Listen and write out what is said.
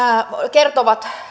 kertovat